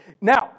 Now